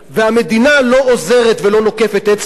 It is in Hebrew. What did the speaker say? והמדינה לא עוזרת ולא נוקפת אצבע,